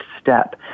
step